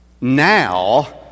Now